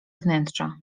wnętrza